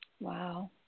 Wow